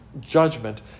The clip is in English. judgment